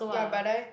your brother eh